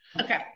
Okay